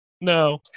No